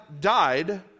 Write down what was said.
died